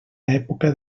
època